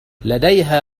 لديها